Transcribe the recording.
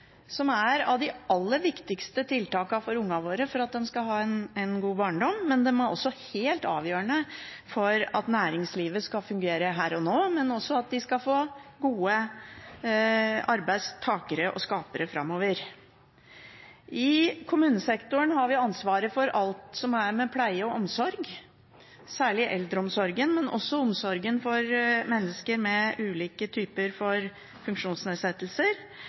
som er av de aller viktigste tiltakene for at ungene våre skal ha en god barndom, men de er også helt avgjørende for at næringslivet skal fungere her og nå, og at de skal få gode arbeidstakere og -skapere framover. I kommunesektoren har vi ansvaret for alt som har med pleie og omsorg å gjøre, særlig eldreomsorgen, men også omsorgen for mennesker med ulike typer funksjonsnedsettelser,